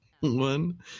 One